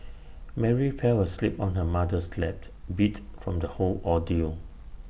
Mary fell asleep on her mother's lap beat from the whole ordeal